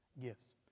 gifts